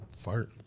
Fart